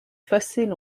fossiles